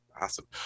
Awesome